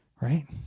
right